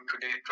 today